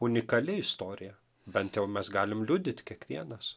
unikali istorija bent jau mes galim liudyt kiekvienas